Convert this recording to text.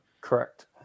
Correct